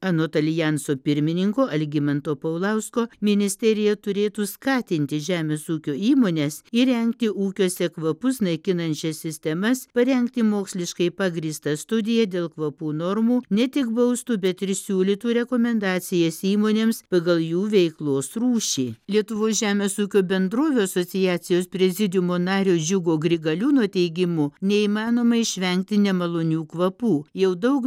anot aljanso pirmininko algimanto paulausko ministerija turėtų skatinti žemės ūkio įmones įrengti ūkiuose kvapus naikinančią sistemas parengti moksliškai pagrįstas studiją dėl kvapų normų ne tik baustų bet ir siūlytų rekomendacijas įmonėms pagal jų veiklos rūšį lietuvos žemės ūkio bendrovių asociacijos prezidiumo nario džiugo grigaliūno teigimu neįmanoma išvengti nemalonių kvapų jau daug